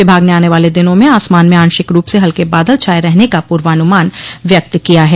विभाग ने आने वाले दिनों में आसमान में आंशिक रूप से हल्के बादल छाए रहने का पूर्वानुमान व्यक्त किया है